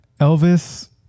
Elvis